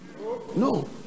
No